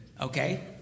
Okay